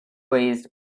raised